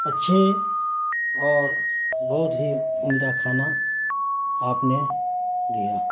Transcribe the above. اچھی اور بہت ہی عمدہ کھانا آپ نے دیا